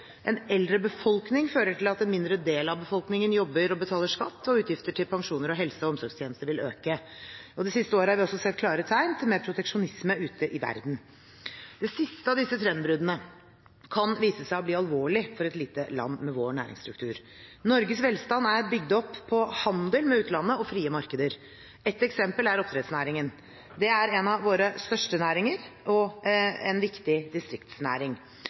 En eldre befolkning fører til at en mindre del av befolkningen jobber og betaler skatt, og utgifter til pensjoner og helse- og omsorgstjenester vil øke. Det siste året har vi også sett klare tegn til mer proteksjonisme ute i verden. Det siste av disse trendbruddene kan vise seg å bli alvorlig for et lite land med vår næringsstruktur. Norges velstand er bygd på handel med utlandet og frie markeder. Et eksempel er oppdrettsnæringen. Den er en av våre største næringer og en viktig distriktsnæring.